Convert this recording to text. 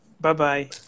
Bye-bye